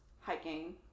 hiking